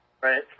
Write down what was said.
Right